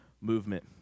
movement